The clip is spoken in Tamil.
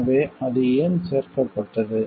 எனவே அது ஏன் சேர்க்கப்பட்டது